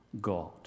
God